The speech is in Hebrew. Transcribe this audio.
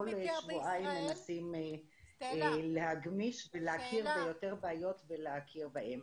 שבועיים מנסים להגמיש ולהכיר ביותר בעיות ולהכיר בהן.